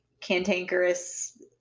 cantankerous